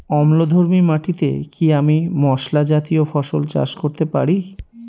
অম্লধর্মী মাটিতে কি আমি মশলা জাতীয় ফসল চাষ করতে পারি?